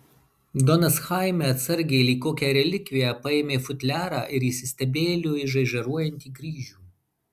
donas chaime atsargiai lyg kokią relikviją paėmė futliarą ir įsistebeilijo į žaižaruojantį kryžių